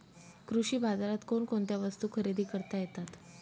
कृषी बाजारात कोणकोणत्या वस्तू खरेदी करता येतात